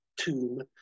tomb